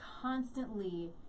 constantly